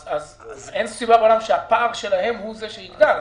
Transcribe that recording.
אז אין סיבה בעולם שהפער שלהם הוא זה שיגדל,